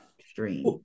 stream